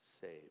saved